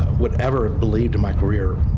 whatever believed to my career.